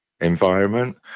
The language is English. environment